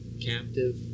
captive